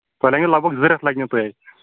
تۅہہِ لَگنو لگ بگ زِٕ ریٚتھ لَگنو تُہۍ اتہِ